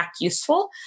useful